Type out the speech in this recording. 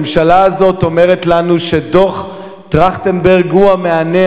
הממשלה הזאת אומרת לנו שדוח-טרכטנברג הוא המענה